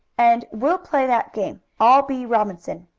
and we'll play that game. i'll be robinson.